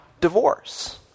divorce